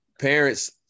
parents